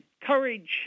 courage